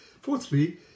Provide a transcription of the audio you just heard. Fourthly